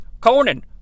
Conan